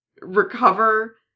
recover